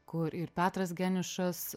kur ir petras geniušas